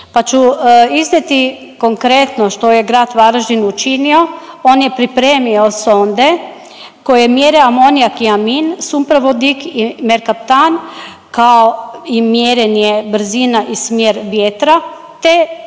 Pa ću iznijeti konkretno što je grad Varaždin učinio, on je pripremio sonde koje mjere amonijak i amin, sumpor vodik i merkatan kao i mjerenje brzina i smjer vjetra te